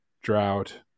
drought